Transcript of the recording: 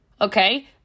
okay